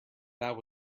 that